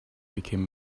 became